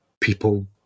people